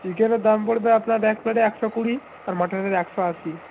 চিকেনের দাম পড়বে আপনার এক প্লেটে একশো কুড়ি আর মাটনের একশো আশি